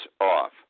off